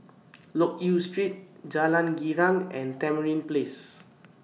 Loke Yew Street Jalan Girang and Tamarind Place